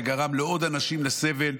שגרם לעוד אנשים לסבל,